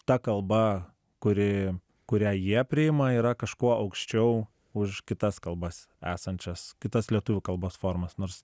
ta kalba kuri kurią jie priima yra kažkuo aukščiau už kitas kalbas esančias kitas lietuvių kalbos formas nors